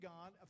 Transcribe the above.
God